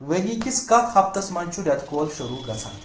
ؤرۍ یِکِس کتھ ہفتس منز چھُ ریتہٕ کول شروٗع گژھان